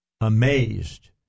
amazed